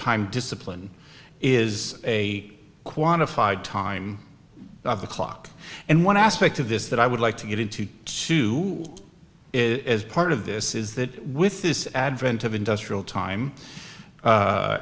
time discipline is a quantified time of the clock and one aspect of this that i would like to get into too is part of this is that with this advent of industrial time